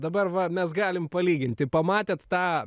dabar va mes galim palyginti pamatėt tą